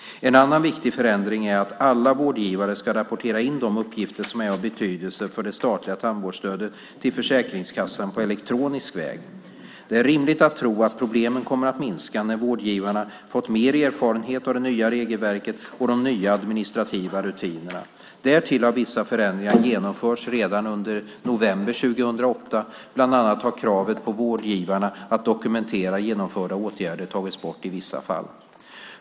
En annan viktig förändring är att alla vårdgivare ska rapportera in de uppgifter som är av betydelse för det statliga tandvårdsstödet till Försäkringskassan på elektronisk väg. Det är rimligt att tro att problemen kommer att minska när vårdgivarna fått mer erfarenhet av det nya regelverket och de nya administrativa rutinerna. Därtill har vissa förändringar genomförts redan under november 2008. Bland annat har kravet på vårdgivarna att dokumentera genomförda åtgärder tagits bort i vissa fall.